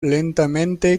lentamente